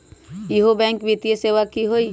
इहु बैंक वित्तीय सेवा की होई?